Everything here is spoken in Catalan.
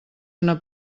una